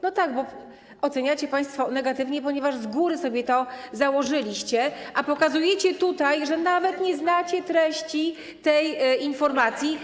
No tak, oceniacie państwo negatywnie, ponieważ z góry sobie to założyliście, a pokazujecie tutaj, że nawet nie znacie treści tej informacji.